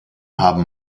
haben